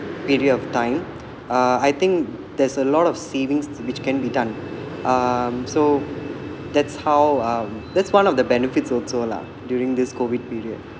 period of time uh I think there's a lot of savings which can be done um so that's how um that's one of the benefits also lah during this COVID period